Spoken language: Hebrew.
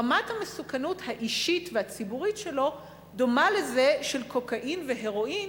רמת המסוכנות האישית והציבורית שלו דומה לזו של קוקאין והירואין,